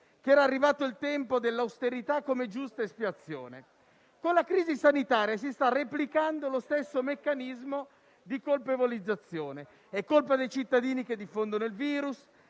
che era arrivato il tempo dell'austerità come giusta espiazione. Con la crisi sanitaria si sta replicando lo stesso meccanismo di colpevolizzazione: è colpa dei cittadini che diffondono il virus,